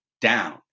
down